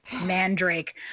Mandrake